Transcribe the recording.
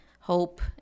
hope